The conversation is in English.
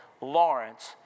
Lawrence